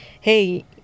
hey